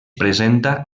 presenta